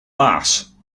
bass